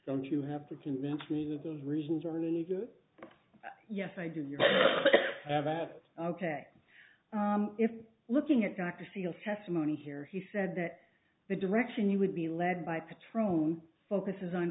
don't you have to convince me that those reasons are needed yes i do ok if looking at dr steele testimony here he said that the direction you would be led by petroleum focuses on